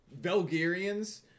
Belgarians